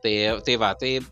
tai tai va tai